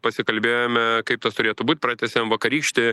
pasikalbėjome kaip tas turėtų būt pratęsėm vakarykštį